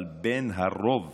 אבל בין הרוב